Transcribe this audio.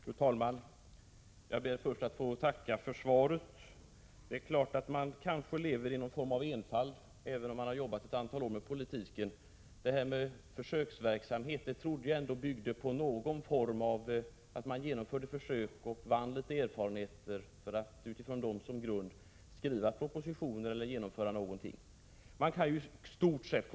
Fru talman! Jag ber först att få tacka för svaret. Det är klart att man kanske lever i någon form av enfald, även om man har jobbat ett antal år med politiken. Jag trodde nämligen att försöksverksamhet innebar att man genomförde försök och vann en del erfarenheter för att med dessa erfarenheter som grund skriva propositioner eller genomföra någonting.